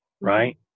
right